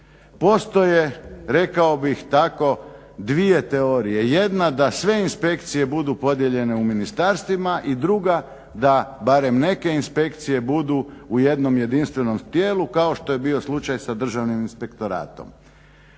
Postoje rekao bih tako dvije teorije, jedna da sve inspekcije budu podijeljene u ministarstvima i druga, da barem neke inspekcije budu u jednom jedinstvenom tijelu kao što je bio slučaj sa Državnim inspektoratom.